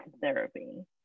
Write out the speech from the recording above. therapy